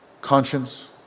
conscience